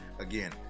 Again